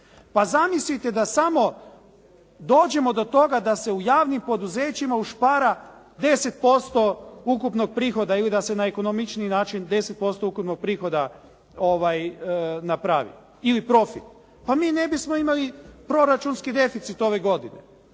Pa zamislite samo da dođemo do toga da se u javnim poduzećima ušpara 10% ukupnog prihoda ili da se na ekonomičniji način 10% ukupnog prihoda napravi ili profit. Pa mi ne bismo imali proračunski deficit ove godine.